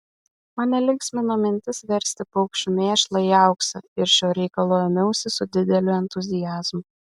mane linksmino mintis versti paukščių mėšlą į auksą ir šio reikalo ėmiausi su dideliu entuziazmu